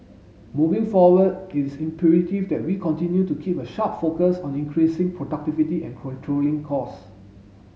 moving forward it is imperative that we continue to keep a sharp focus on increasing productivity and controlling costs